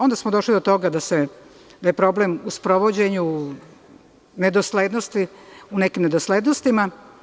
Onda smo došli do toga da je problem u sprovođenju u nekim nedoslednostima.